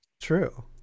True